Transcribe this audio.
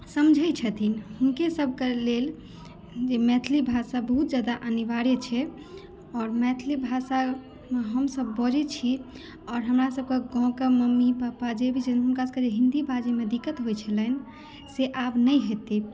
समझैत छथिन हुनके सभके लेल जे मैथिली भाषा बहुत ज्यादा अनिवार्य छै आओर मैथिली भाषा हमसभ बजैत छी आओर हमरासभके गाँवके मम्मी पापा जे भी छथिन हुनका सभके हिन्दी बाजयमे जे दिक्कत होइत छलनि से आब नहि हेतै